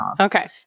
Okay